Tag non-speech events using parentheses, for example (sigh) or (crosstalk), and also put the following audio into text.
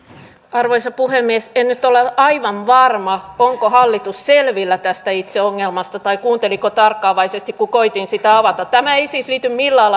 arvoisa puhemies en nyt ole aivan varma onko hallitus selvillä tästä itse ongelmasta tai kuunteliko tarkkaavaisesti kun koetin sitä avata tämä ei siis liity millään (unintelligible)